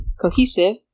cohesive